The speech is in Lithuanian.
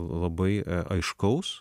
labai aiškaus